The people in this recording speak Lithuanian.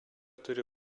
turi